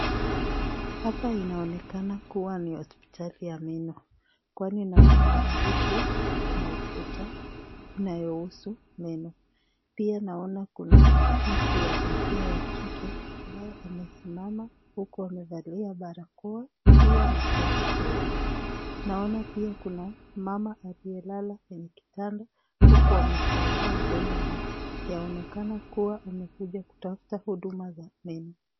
Hapa inaonekana kuwa ni hospitali ya meno kwani naona maandishi kwenye ukuta inayohusu meno, pia naona mtu wa jinsia ya kike ambaye amesimama huku amevalia barakoa hiyo na koti jeupe. Noana pia kuna mama aliyelala kwenye kitanda huku amefungua mdomo wake. Yaonekana kuwa amekuja kutafuta huduma za meno.